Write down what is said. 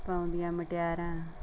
ਪਾਉਂਦੀਆਂ ਮੁਟਿਆਰਾਂ